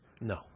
No